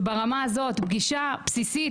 אפילו לא לקיים פגישה בסיסית.